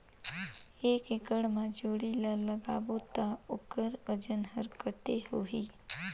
एक एकड़ मा जोणी ला लगाबो ता ओकर वजन हर कते होही?